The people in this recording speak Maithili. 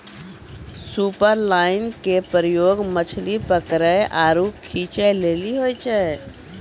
सुपरलाइन के प्रयोग मछली पकरै आरु खींचै लेली होय छै